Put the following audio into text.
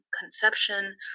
conception